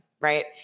right